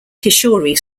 kishore